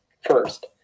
First